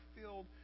filled